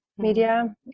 Media